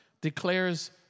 declares